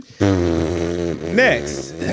Next